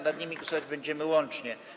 Nad nimi głosować będziemy łącznie.